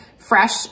fresh